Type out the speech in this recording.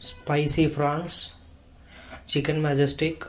spicy prawns chicken majestic